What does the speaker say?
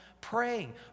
praying